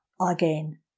again